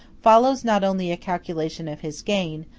follows not only a calculation of his gain,